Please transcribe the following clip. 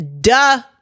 duh